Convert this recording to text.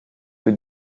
für